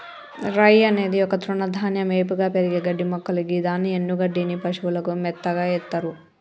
రై అనేది ఒక తృణధాన్యం ఏపుగా పెరిగే గడ్డిమొక్కలు గిదాని ఎన్డుగడ్డిని పశువులకు మేతగ ఎత్తర్